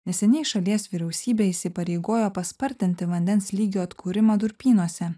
neseniai šalies vyriausybė įsipareigojo paspartinti vandens lygio atkūrimą durpynuose